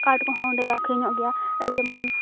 ᱠᱟᱴ ᱠᱚᱦᱚᱸ ᱚᱸᱰᱮ ᱫᱚ ᱟᱠᱷᱨᱤᱧᱚᱜ ᱜᱮᱭᱟ ᱡᱮᱢᱚᱱ